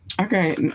okay